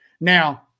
Now